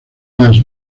las